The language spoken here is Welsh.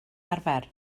arfer